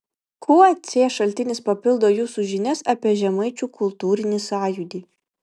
kuo c šaltinis papildo jūsų žinias apie žemaičių kultūrinį sąjūdį